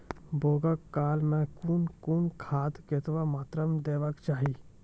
बौगक काल मे कून कून खाद केतबा मात्राम देबाक चाही?